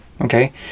Okay